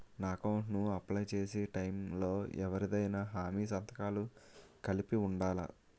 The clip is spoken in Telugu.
నా అకౌంట్ ను అప్లై చేసి టైం లో ఎవరిదైనా హామీ సంతకాలు కలిపి ఉండలా?